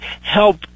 help